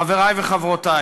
חברי וחברותי,